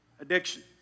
addiction